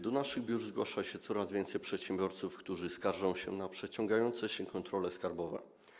Do naszych biur zgłasza się coraz więcej przedsiębiorców, którzy skarżą się na przeciągające się kontrole skarbowe.